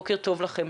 בוקר טוב לכם.